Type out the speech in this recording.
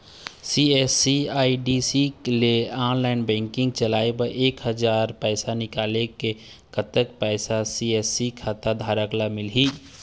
CSC ID ले online banking चलाए ले एक हजार पैसा निकाले ले कतक पैसा सी.एस.सी खाता धारक ला मिलही?